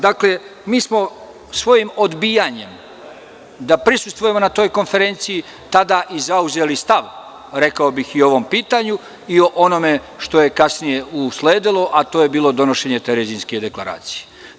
Dakle, mi smo svojim odbijanjem da prisustvujemo toj konferenciji tada i zauzeli stav, rekao bih, i o ovom pitanju i o onome što je kasnije usledilo, a to je bilo donošenje Terezinske deklaracije.